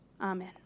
Amen